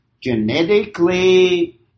genetically